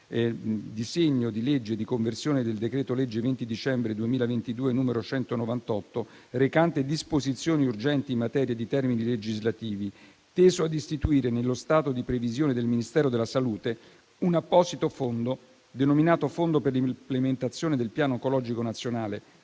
disegno di legge di conversione del decreto-legge 20 dicembre 2022, n. 198, recante disposizioni urgenti in materia di termini legislativi, teso ad istituire, nello stato di previsione del Ministero della salute, un apposito fondo, denominato Fondo per l'implementazione del Piano oncologico nazionale